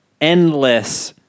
endless